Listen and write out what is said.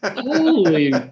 Holy